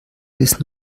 bis